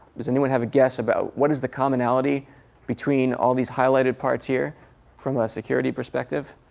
does anyone have a guess about what is the commonality between all these highlighted parts here from a security perspective?